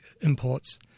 imports